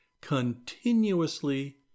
continuously